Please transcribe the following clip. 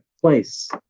place